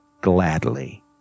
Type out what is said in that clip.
gladly